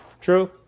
True